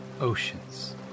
oceans